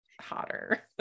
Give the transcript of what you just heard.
hotter